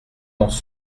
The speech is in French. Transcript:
dans